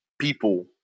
people